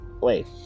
Wait